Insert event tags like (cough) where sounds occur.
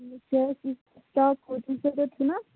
(unintelligible) چھُنَہ